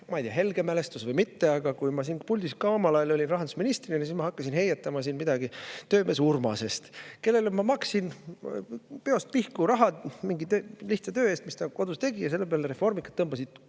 ma ei tea, kas helge mälestus või mitte, aga kui ma omal ajal olin siin puldis rahandusministrina, siis ma hakkasin heietama siin midagi töömees Urmasest, kellele ma maksin peost pihku raha mingi lihtsa töö eest, mis ta kodus tegi, ja selle peale reformikad tõmbasid